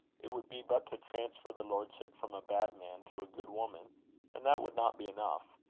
it would be but to transfer the lordship from a bad man to a good woman and that would not be enough.